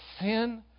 sin